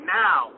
now